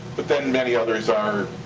but then many others are,